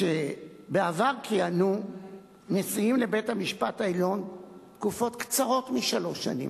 בעבר כיהנו נשיאים בבית-המשפט העליון תקופות קצרות משלוש שנים,